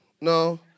no